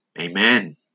Amen